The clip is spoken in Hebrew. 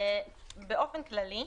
באופן כללי,